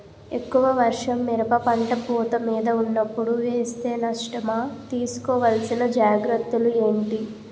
ఎక్కువ వర్షం మిరప పంట పూత మీద వున్నపుడు వేస్తే నష్టమా? తీస్కో వలసిన జాగ్రత్తలు ఏంటి?